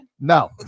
no